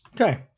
Okay